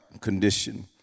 condition